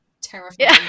terrifying